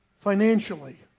financially